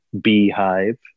beehive